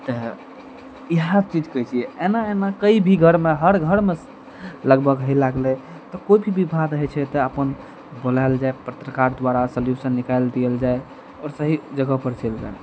तऽ इहए चीज कहै छियै एना एना कइ भी घरमे हर घरमे लगभग होइ लागलै तऽ कोइ भी भार रहै छै तऽ अपन बोलएल जाए पत्रकार द्वारा सल्यूशन निकालि देल जाइ आओर सही जगह पर चैलि गेल